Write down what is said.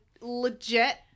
legit